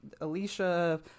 Alicia